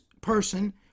person